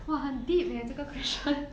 !wah! 很 deep eh 这个 question